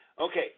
Okay